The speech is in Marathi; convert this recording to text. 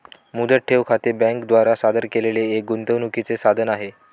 मुदत ठेव खाते बँके द्वारा सादर केलेले एक गुंतवणूकीचे साधन आहे